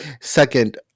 second